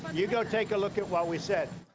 you go take a look at what we said.